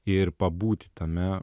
ir pabūti tame